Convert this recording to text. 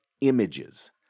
images